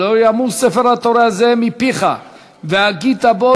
"לא ימוש ספר התורה הזה מפיך והגית בו